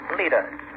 leaders